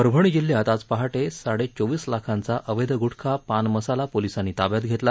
परभणी जिल्ह्यात आज पहाटे साडेचोवीस लाखाचा अवैध गुटखा पान मसाला पोलिसांनी ताब्यात घेतला